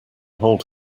hold